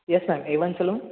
yes ma'am a one saloon